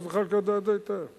חבר הכנסת זחאלקה יודע את זה היטב,